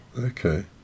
Okay